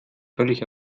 völlig